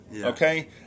Okay